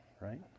right